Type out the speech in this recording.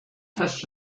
dies